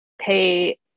pay